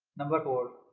number four,